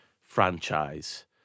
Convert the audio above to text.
franchise